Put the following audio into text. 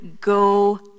go